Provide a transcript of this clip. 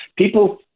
People